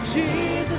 Jesus